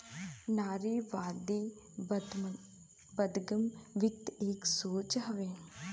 नारीवादी अदगम वृत्ति एक सोच हउए